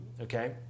Okay